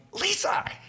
Lisa